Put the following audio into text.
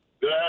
Good